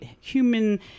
Human